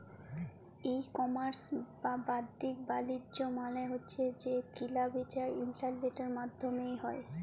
ই commerce বা বাদ্দিক বালিজ্য মালে হছে যে কিলা বিচা ইলটারলেটের মাইধ্যমে হ্যয়